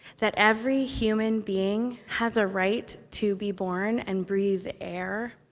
that every human being has a right to be born and breathe air,